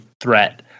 threat